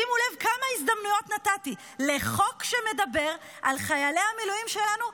שימו לב כמה הזדמנויות נתתי לחוק שמדבר על חיילי המילואים שלנו,